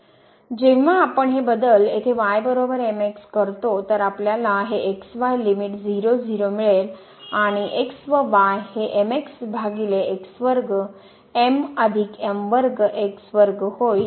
जेव्हा आपण हे बदल येथे y करतो तर आपल्याला हे x y लिमिट0 0 मिळेल आणि x व y हे भागिले x वर्ग m अधिक m वर्ग x वर्ग होईल